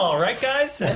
um right guys and